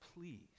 Please